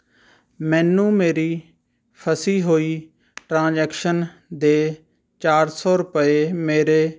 ਮੈਨੂੰ ਮੇਰੀ ਫਸੀ ਹੋਈ ਟਰਾਂਜੈਕਸ਼ਨ ਦੇ ਚਾਰ ਸੋ ਰੁਪਏ ਮੇਰੇ